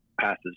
passes